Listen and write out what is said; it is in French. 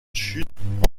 chute